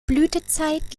blütezeit